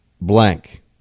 blank